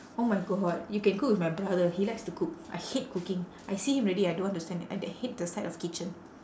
oh my god you can cook with my brother he likes to cook I hate cooking I see him already I don't want to stand I hate the sight of kitchen